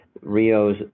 Rio's